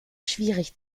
schwierig